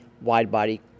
wide-body